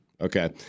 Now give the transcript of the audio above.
Okay